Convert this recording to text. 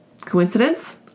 coincidence